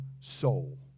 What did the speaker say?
soul